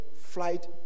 flight